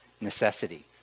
necessity